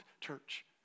church